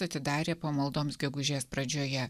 atidarė pamaldoms gegužės pradžioje